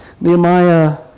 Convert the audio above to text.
Nehemiah